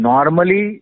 Normally